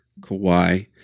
Kawhi